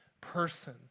person